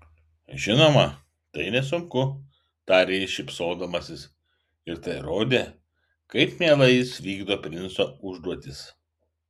žinoma tai nesunku tarė jis šypsodamasis ir tai rodė kaip mielai jis vykdo princo užduotis